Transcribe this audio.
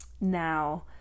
Now